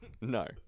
No